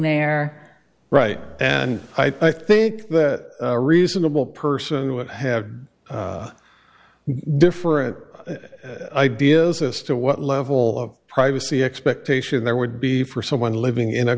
there right and i think that a reasonable person would have different ideas as to what level of privacy expectation there would be for someone living in a